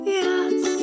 yes